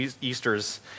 Easter's